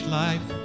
life